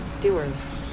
Doers